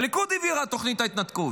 הליכוד העביר את תוכנית ההתנתקות.